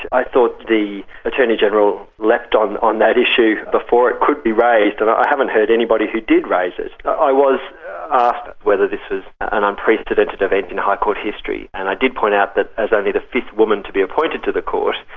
i thought the attorney general leapt on on that issue before it could be raised, and i haven't heard anybody who did raise it. i was asked whether this was an unprecedented event in high court history and i did point out that as only the fifth woman to be appointed to the court,